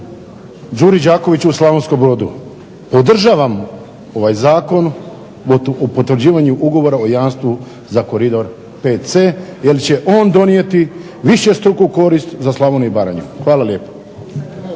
Đuri Đaković u Slavonskom Brodu. Podržavam ovaj Zakon o potvrđivanju ugovora o jamstvu za Koridor5C jer će on donijeti višestruku korist za Slavoniju i Baranju. Hvala lijepo.